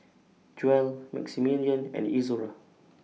Joell Maximilian and Izora